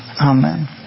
Amen